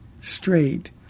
straight